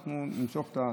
אנחנו נמשוך את ההסתייגות.